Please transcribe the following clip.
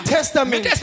Testament